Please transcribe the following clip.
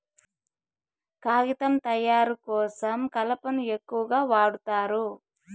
కాగితం తయారు కోసం కలపను ఎక్కువగా వాడుతారు